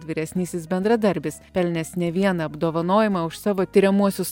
vyresnysis bendradarbis pelnęs ne vieną apdovanojimą už savo tiriamuosius